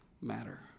matter